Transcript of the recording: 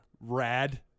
rad